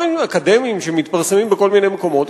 ספרים אקדמיים שמתפרסמים בכל מיני מקומות.